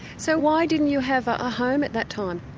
so why didn't you have a home at that time?